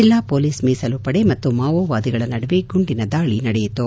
ಜಿಲ್ಲಾ ಮೊಲೀಸ್ ಮೀಸಲು ಪಡೆ ಮತ್ತು ಮಾವೋವಾದಿಗಳ ನಡುವೆ ಗುಂಡಿನ ದಾಳಿ ನಡೆಯಿತು